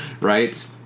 Right